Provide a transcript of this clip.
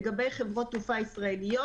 לגבי חברות תעופה ישראליות,